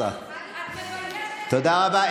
בושה וחרפה, תודה רבה.